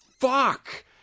fuck